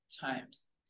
times